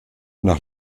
nach